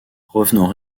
revenant